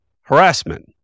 harassment